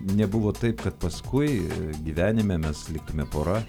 nebuvo taip kad paskui gyvenime mes liktume pora